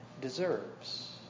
deserves